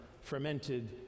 fermented